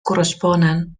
corresponen